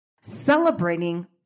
celebrating